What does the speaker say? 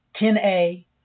10A